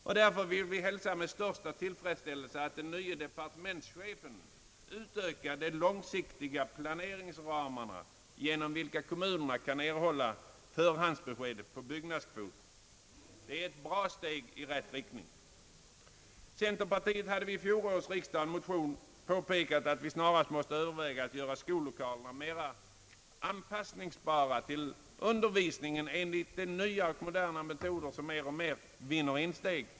Vi hälsar därför med största tillfredsställelse, att den nye departementschefen utökat de långsiktiga planeringsramarna, genom vilka kommunerna kan erhålla förhandsbesked på byggnadskvot. Det är ett bra steg i rätt riktning. Centerpartiet hade vid fjolårets riksdag i en motion påpekat, att vi snarast måste överväga att göra skollokalerna mera anpassningsbara till undervisningen enligt de nya moderna metoder som mer och mer vinner insteg.